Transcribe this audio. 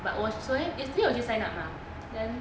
but yesterday 我去 sign up mah then